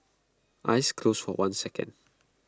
eyes closed for one second